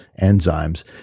enzymes